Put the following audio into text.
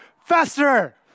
faster